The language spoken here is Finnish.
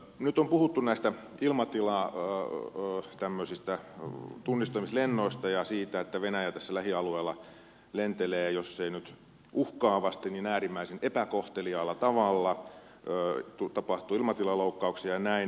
nyt on puhuttu näistä ilmatilatunnistamislennoista ja siitä että venäjä tässä lähialueella lentelee jos ei nyt uhkaavasti niin äärimmäisen epäkohteliaalla tavalla tapahtuu ilmatilaloukkauksia ja näin